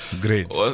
Great